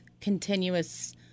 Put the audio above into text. continuous